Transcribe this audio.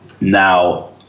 Now